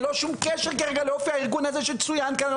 ללא שום קשר כרגע לאופי הארגון הזה שצוין כאן,